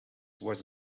was